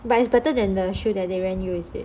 but it's better than the shoe that they rent you